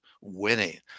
winning